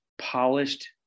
polished